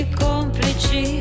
complici